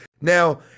now